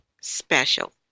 special